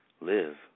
live